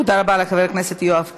תודה רבה לחבר הכנסת יואב קיש.